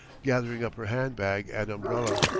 gathering up her hand-bag and umbrella.